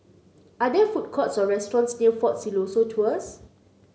are there food courts or restaurants near Fort Siloso Tours